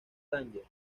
rangers